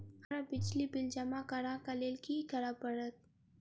हमरा बिजली बिल जमा करऽ केँ लेल की करऽ पड़त?